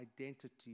identity